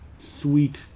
sweet